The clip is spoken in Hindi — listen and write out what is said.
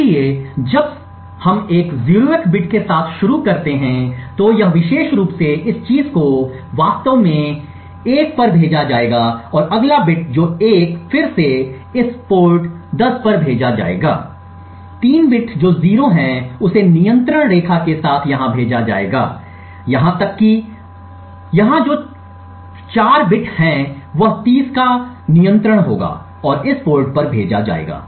इसलिए जब से हम एक 0th बिट के साथ शुरू करते हैं तो यह विशेष रूप से इस चीज़ को वास्तव में इस 1 पर भेजा जाएगा और अगला बिट जो 1 फिर से इस पोर्ट 10 पर भेजा जाएगा 3 बिट जो 0 है उसे नियंत्रण रेखा के साथ यहां भेजा जाएगा यहां तक कि और यहां जो 4 बिट है वह 30 का नियंत्रण होगा और इस पोर्ट पर भेजा जाएगा